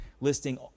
listing